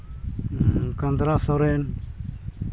Kandra Soren